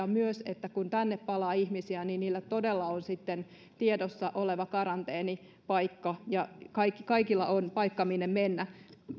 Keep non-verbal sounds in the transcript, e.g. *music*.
*unintelligible* on myös että kun tänne palaa ihmisiä niin heillä todella on sitten tiedossa oleva karanteenipaikka ja kaikilla on paikka minne mennä